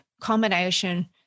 combination